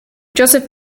joseph